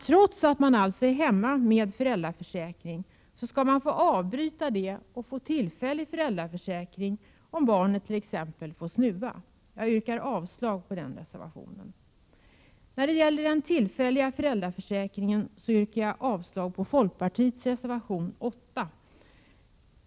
Trots att man är hemma med föräldrapenning, skulle man alltså få avbryta det och få tillfällig föräldrapenning när barnet har snuva. Detta förslag yrkar jag avslag på. När det gäller den tillfälliga föräldrapenningen, yrkar jag avslag på folkpartiets reservation 8.